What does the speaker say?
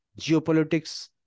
geopolitics